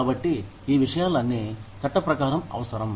కాబట్టి ఈ విషయాలన్నీ చట్టం ప్రకారం అవసరం